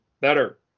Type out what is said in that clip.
better